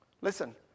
Listen